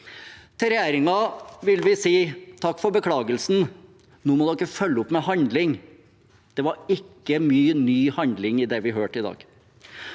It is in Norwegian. Til regjeringen vil vi si: Takk for beklagelsen, nå må dere følge opp med handling. Det var ikke mye ny handling i det vi hørte i dag.